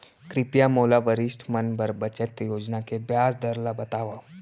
कृपया मोला वरिष्ठ मन बर बचत योजना के ब्याज दर ला बतावव